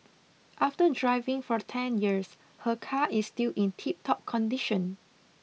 after driving for ten years her car is still in tiptop condition